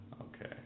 Okay